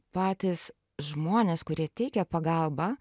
patys žmonės kurie teikia pagalbą